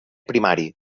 primari